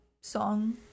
song